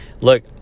look